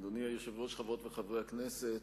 אדוני היושב-ראש, חברות וחברי הכנסת,